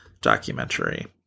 documentary